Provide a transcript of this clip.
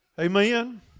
Amen